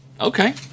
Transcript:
Okay